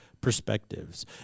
perspectives